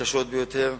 קשות ביותר,